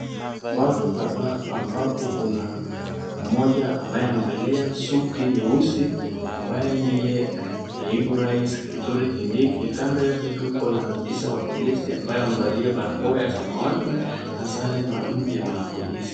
Watu kadhaa ambapo kuna mmoja ambaye amevalia suti nyeusi, ambaye ndiye naibu rais Kithure Kindiki. Kando yake tuko na afisa wa polisi ambaye amevalia barakoa ya samawati na sare maalum ya wanapolisi.